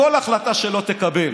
בכל החלטה שלא תקבל